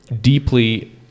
deeply